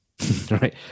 right